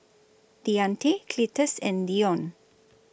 Deante Cletus and Deon